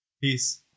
peace